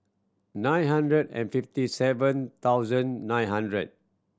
nine hundred and fifty seven thousand nine hundred